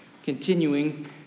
continuing